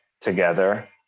together